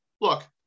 look